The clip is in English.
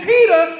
Peter